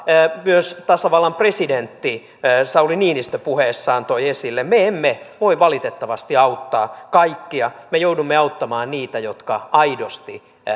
myös tasavallan presidentti sauli niinistö puheessaan toi esille me emme voi valitettavasti auttaa kaikkia me joudumme auttamaan niitä jotka aidosti